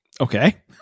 Okay